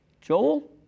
Joel